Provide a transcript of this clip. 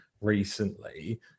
recently